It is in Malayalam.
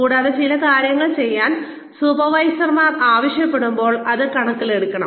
കൂടാതെ ചില കാര്യങ്ങൾ ചെയ്യാൻ സൂപ്പർവൈസർമാർ ആവശ്യപ്പെടുമ്പോൾ അത് കണക്കിലെടുക്കണം